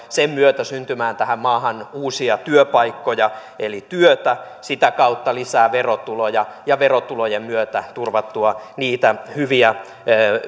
sen myötä syntymään tähän maahan uusia työpaikkoja eli työtä sitä kautta lisää verotuloja ja verotulojen myötä turvattua niitä hyviä